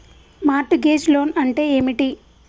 Mart gauge loan అంటే ఏమిటి?